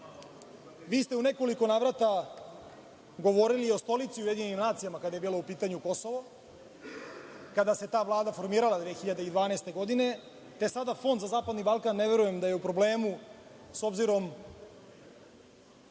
Vi ste u nekoliko navrata govorili o stolici u UN, kada je bilo u pitanju Kosovo, kada se ta Vlada formirala 2012. godine, te sada Fond za zapadni Balkan ne verujem da je u problemu, s obzirom